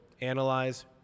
analyze